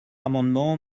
amendement